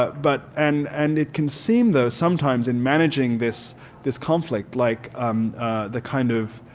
but but and and it can seem though sometimes in managing this this conflict like um the kind of,